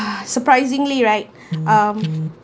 surprisingly right um